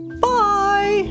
bye